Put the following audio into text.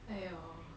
!aiyo!